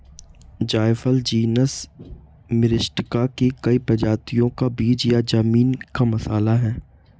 जायफल genus Myristica की कई प्रजातियों का बीज या जमीन का मसाला है